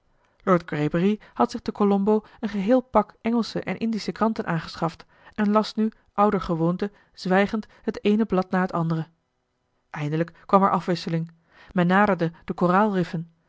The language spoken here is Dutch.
lord greybury had zich te colombo een geheel pak engelsche en indische kranten aangeschaft en las nu ouder gewoonte zwijgend het eene blad na het andere eindelijk kwam er afwisseling men naderde de